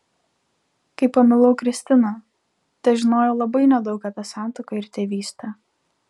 kai pamilau kristiną težinojau labai nedaug apie santuoką ir tėvystę